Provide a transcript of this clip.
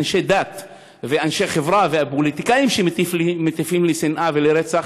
אנשי דת ואנשי חברה ופוליטיקאים שמטיפים לשנאה ולרצח,